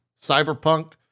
cyberpunk